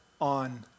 on